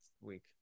week